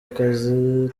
akazi